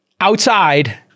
outside